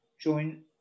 join